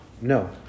No